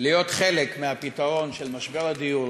להיות חלק מפתרון משבר הדיור